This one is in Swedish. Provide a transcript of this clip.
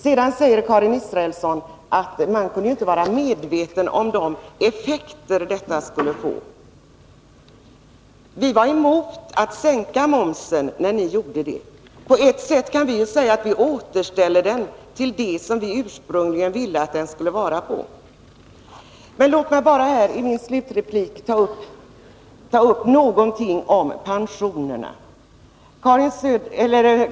Sedan säger Karin Israelsson att man inte kunde vara medveten om de effekter som en höjning av momsen skulle få. Vi var emot att sänka momsen när ni gjorde det. Man kan säga att vi på sätt och vis återställer momsen till den nivå på vilken vi ursprungligen ville att den skulle vara. Låt mig bara i min slutreplik ta upp någonting om pensionerna.